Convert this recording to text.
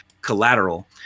Collateral